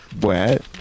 wet